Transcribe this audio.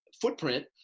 footprint